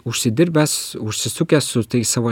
užsidirbęs užsisukęs su tais savo